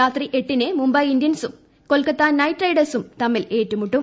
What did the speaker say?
രാത്രി എട്ടിന് മുംബൈ ഇന്ത്യൻസും കൊൽക്കത്ത നൈറ്റ് റൈഡേഴ്സും തമ്മിൽ ഏറ്റുമുട്ടും